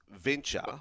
venture